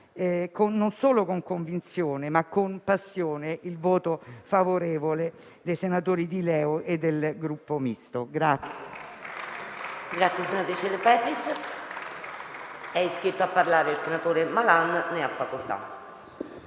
non solo con convinzione, ma anche con passione, il voto favorevole dei senatori di LeU e del Gruppo Misto.